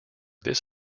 this